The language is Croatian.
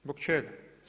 Zbog čega?